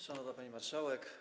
Szanowna Pani Marszałek!